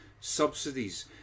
subsidies